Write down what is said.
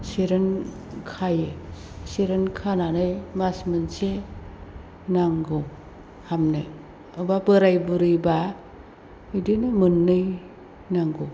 सेरेन खायो सेरेन खानानै मास मोनसे नांगौ हामनो एबा बोराय बुरैब्ला बिदिनो मोननै नांगौ